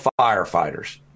firefighters